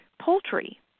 poultry